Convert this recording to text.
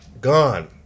gone